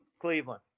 Cleveland